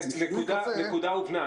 הנקודה הובנה.